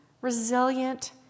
resilient